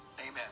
Amen